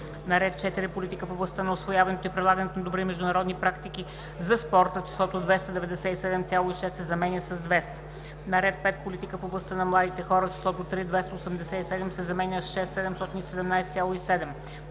на ред 4. Политика в областта на усвояването и прилагането на добри международни практики за спорта числото „297,6“ се заменя с „200,0“. - на ред 5. Политика в областта на младите хора числото „3 287,0“ се заменя със „6 717,7“.